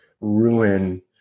ruin